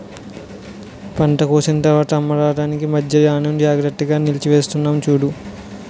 పంట కోసిన తర్వాత అమ్మడానికి మధ్యా ధాన్యం జాగ్రత్తగా నిల్వచేసుకున్నాం చూడు